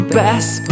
best